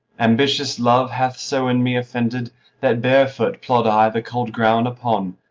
ambitious love hath so in me offended that barefoot plod i the cold ground upon,